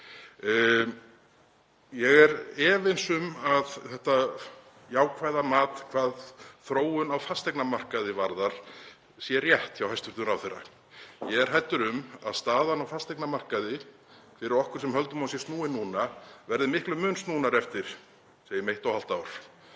Ég er efins um að þetta jákvæða mat á þróun á fasteignamarkaði sé rétt hjá hæstv. ráðherra. Ég er hræddur um að staðan á fasteignamarkaði, fyrir okkur sem höldum að hún sé snúin núna, verði miklum mun snúnari eftir, segjum eitt og hálft ár,